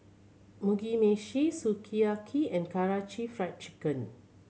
Mugi Meshi Sukiyaki and Karaage Fried Chicken